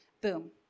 Boom